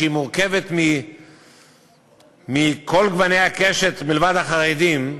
שמורכבת מכל גוני הקשת מלבד החרדים,